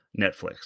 Netflix